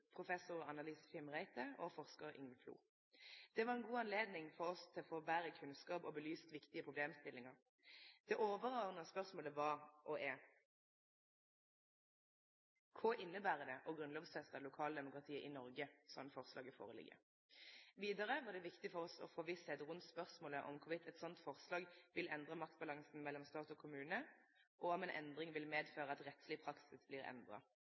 professor Anne Lise Fimreite og forskar Yngve Flo. Det var eit godt høve for oss til å få betre kunnskap og få belyst viktige problemstillingar. Det overordna spørsmålet var og er: Kva inneber det å grunnlovfeste lokaldemokratiet i Noreg, slik forslaget ligg føre? Vidare var det viktig for oss å få forvissing rundt spørsmålet om eit slikt forslag vil endre maktbalansen mellom stat og kommune, og om ei endring vil medføre at rettsleg praksis vert endra.